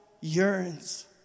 yearns